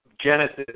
genesis